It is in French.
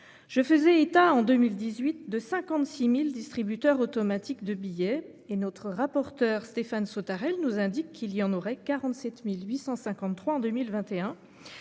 je faisais état en 2018 de 56.000 distributeurs automatiques de billets et notre rapporteur Stéphane Sautarel nous indique qu'il y en aurait 47.853 en 2021.